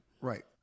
Right